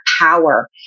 power